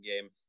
game